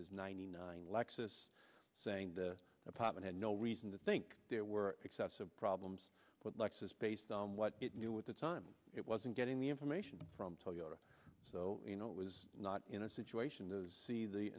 his ninety nine lexus saying the apartment had no reason to think there were excessive problems with lexus based on what it knew at the time it wasn't getting the information from toyota so you know it was not in a situation those see the